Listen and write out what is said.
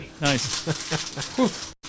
Nice